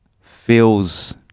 feels